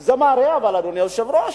זה מראה, אדוני היושב-ראש,